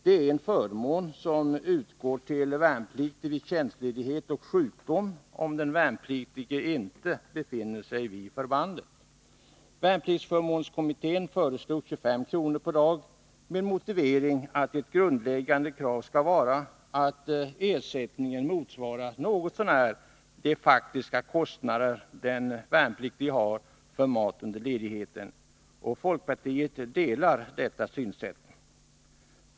Det är en förmån som utgår till värnpliktig vid & s nå Ö 4 5 RE -— måner åt värnpliktjänstledighet och sjukdom om den värnpliktige inte befinner sig vid tiga m. fl förbandet. Värnpliktsförmånskommittén föreslog 25 kr. per dag, med motiveringen att ett grundläggande krav skall vara att ersättningen något så när motsvarar de faktiska kostnader den värnpliktige har för mat under ledigheten. Folkpartiet delar detta synsätt.